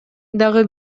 дагы